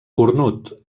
cornut